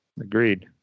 agreed